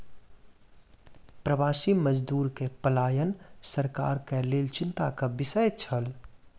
प्रवासी मजदूर के पलायन सरकार के लेल चिंता के विषय छल